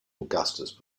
augustus